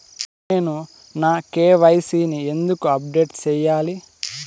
నేను నా కె.వై.సి ని ఎందుకు అప్డేట్ చెయ్యాలి?